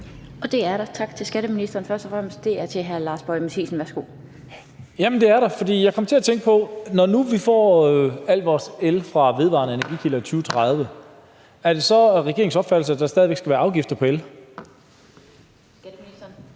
og fremmest tak til skatteministeren. Hr. Lars Boje Mathiesen, værsgo. Kl. 19:09 Lars Boje Mathiesen (NB): Jamen det er der. For jeg kom til at tænke på, at når nu vi får al vores el fra vedvarende energikilder i 2030, er det så regeringens opfattelse, at der stadig væk skal være afgifter på el? Kl. 19:09 Den